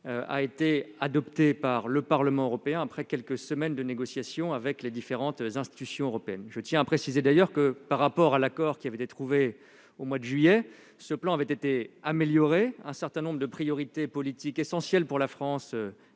a été adopté par le Parlement européen, après quelques semaines de négociations avec les différentes institutions européennes. Je tiens à préciser que, par rapport à l'accord trouvé au mois de juillet, ce plan a été amélioré. Un certain nombre de priorités politiques essentielles pour la France,